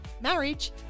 marriage